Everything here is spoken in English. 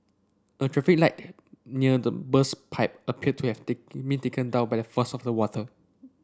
a traffic light near the burst pipe appeared to have thick me taken down by the force of the water